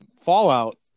Fallout